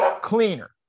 cleaner